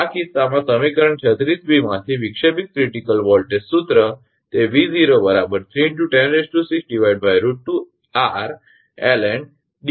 આ કિસ્સામાં સમીકરણ 36b માંથી વિક્ષેપિત ક્રિટીકલ વોલ્ટેજ સૂત્ર તે 𝑉0 3×106√2𝑟ln𝐷𝑒𝑞𝑟 છે